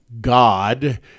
God